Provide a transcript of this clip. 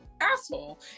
asshole